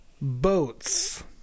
Boats